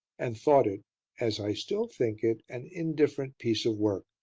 and thought it as i still think it an indifferent piece of work.